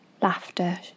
laughter